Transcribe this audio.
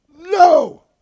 no